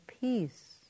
peace